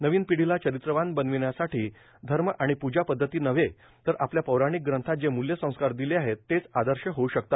नवीन पीढीला चरित्रवान बनविण्यासाठी धर्म आणि पूजा पद्धति नव्हे तर आपल्या पौराणिक ग्रंथांत जे मूल्य संस्कार दिले आहेत तेच आदर्श होबू शकते